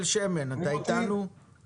אף אחד מהציבור שתציגו לו כזאת מצגת,